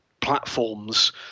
platforms